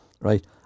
right